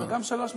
גם שלוש מספיק,